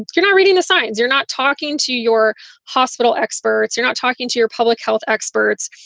you're not reading the signs. you're not talking to your hospital experts. you're not talking to your public health experts.